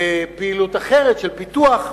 לפעילות אחרת של פיתוח,